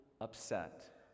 upset